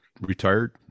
Retired